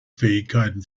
fähigkeiten